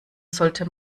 sollte